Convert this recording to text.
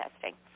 testing